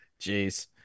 Jeez